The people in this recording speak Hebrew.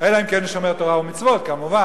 אלא אם כן הוא לא שומר תורה ומצוות, כמובן.